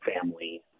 family